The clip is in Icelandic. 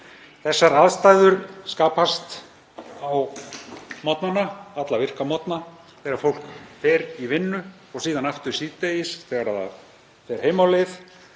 Þessar aðstæður skapast alla virka morgna þegar fólk fer í vinnu og síðan aftur síðdegis þegar það fer heim á leið